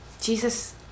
Jesus